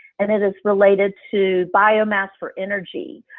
and it is related to biomass for energy.